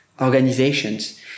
organizations